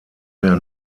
mehr